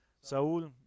Saul